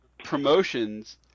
promotions